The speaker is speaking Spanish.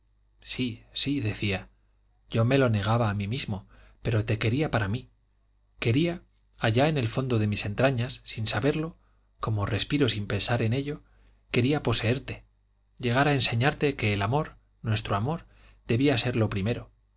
sí sí decía yo me lo negaba a mí mismo pero te quería para mí quería allá en el fondo de mis entrañas sin saberlo como respiro sin pensar en ello quería poseerte llegar a enseñarte que el amor nuestro amor debía ser lo primero